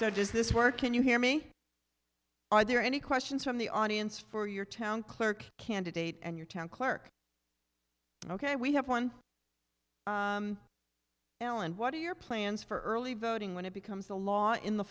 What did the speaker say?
so does this work can you hear me are there any questions from the audience for your town clerk candidate and your town clerk ok we have one now and what are your plans for early voting when it becomes the law in the